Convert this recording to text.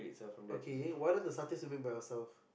okay why not the Satays we make by ourselves